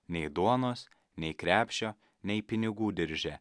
nei duonos nei krepšio nei pinigų dirže